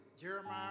Jeremiah